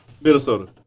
Minnesota